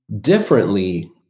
differently